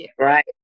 right